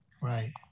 Right